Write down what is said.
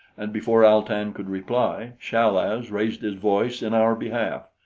and before al-tan could reply, chal-az raised his voice in our behalf.